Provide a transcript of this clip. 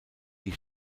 die